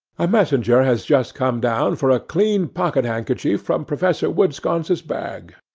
a messenger has just come down for a clean pocket-handkerchief from professor woodensconce's bag,